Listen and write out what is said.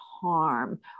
harm